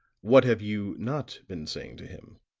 what have you not been saying to him?